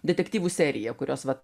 detektyvų seriją kurios vat